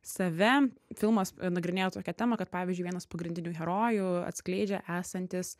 save filmas nagrinėja tokią temą kad pavyzdžiui vienas pagrindinių herojų atskleidžia esantis